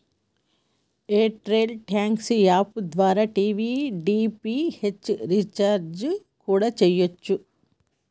air tell thanks app ద్వారా TV DTH recharge కూడా చెయ్యచ్చు